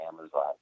Amazon